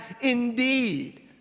indeed